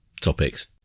topics